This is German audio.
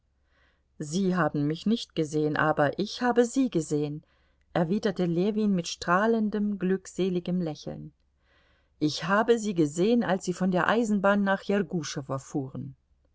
sie haben mich nicht gesehen aber ich habe sie gesehen erwiderte ljewin mit strahlendem glückseligem lächeln ich habe sie gesehen als sie von der eisenbahn nach